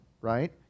Right